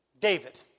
David